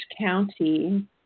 County